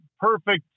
Perfect